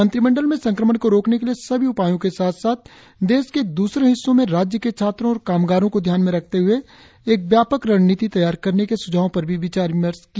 मंत्रिमंडल में संक्रमण को रोकने के लिए सभी उपायों के साथ साथ देश के द्रसरे हिस्सों में राज्य के छात्रों और कामगारों को ध्यान में रखते हए एक व्यापक रणनीति तैयार करने के स्झावों पर भी विचार विमर्श किया